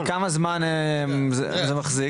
אז כמה זמן זה מחזיק?